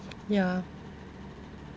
ya